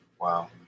Wow